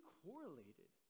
correlated